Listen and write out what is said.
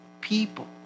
people